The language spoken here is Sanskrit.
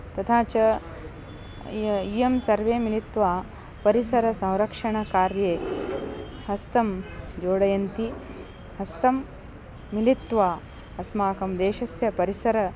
तथा च इयं सर्वे मिलित्वा परिसरसंरक्षणकार्ये हस्तं जोडयन्ति हस्तं मिलित्वा अस्माकं देशस्य परिसर